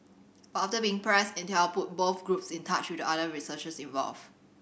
but after being pressed Intel put both groups in touch with the other researchers involved